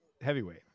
heavyweight